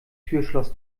türschloss